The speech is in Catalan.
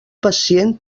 pacient